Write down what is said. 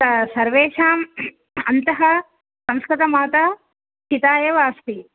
स सर्वेषाम् अन्तः संस्कृतमाता पिता एव अस्ति